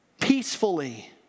peacefully